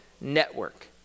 network